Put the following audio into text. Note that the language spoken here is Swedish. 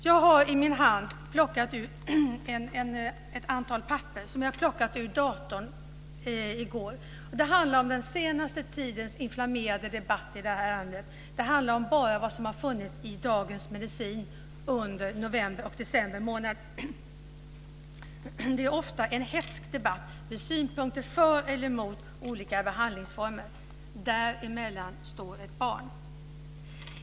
Jag plockade i går ut ett antal papper ur datorn, och de handlar om den senaste tidens inflammerade debatt i det här ärendet. Det handlar bara om vad som har funnits i Dagens Medicin under november och december månad. Det är ofta en hätsk debatt, med synpunkter för eller emot olika behandlingsformer. Däremellan står ett barn.